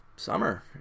summer